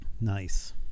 Nice